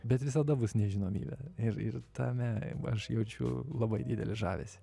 bet visada bus nežinomybė ir ir tame aš jaučiu labai didelį žavesį